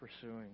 pursuing